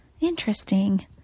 Interesting